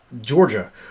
Georgia